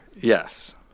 Yes